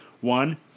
One